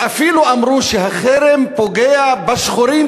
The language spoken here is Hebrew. ואפילו אמרו שהחרם פוגע בשחורים,